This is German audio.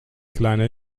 kleiner